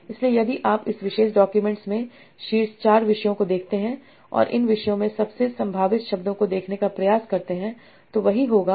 इसलिए यदि आप इस विशेष डॉक्यूमेंट्स में शीर्ष 4 विषयों को देखते हैं और इन विषयों में सबसे संभावित शब्दों को देखने का प्रयास करते हैं